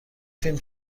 فیلم